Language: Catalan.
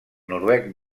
noruec